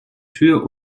tür